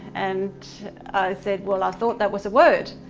and said well i thought that was a word.